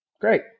Great